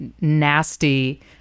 nasty